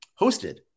hosted